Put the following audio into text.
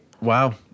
wow